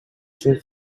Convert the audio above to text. just